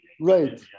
right